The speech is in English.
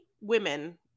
women